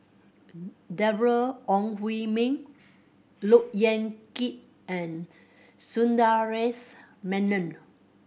Deborah Ong Hui Min Look Yan Kit and Sundaresh Menon